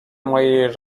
mojej